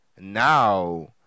Now